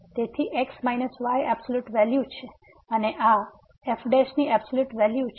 તેથી x y absolute value છે અને આ f ની એબસોલ્યુટ વેલ્યુ છે